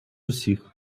усіх